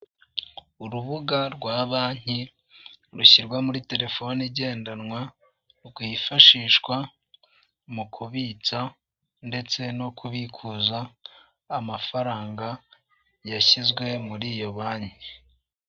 Urubuga rwa banki rushyirwa muri telefone igendanwa, rwifashishwa mu kubitsa ndetse no kubikuza amafaranga yashyizwe muri iyo banki.